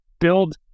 build